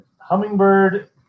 Hummingbird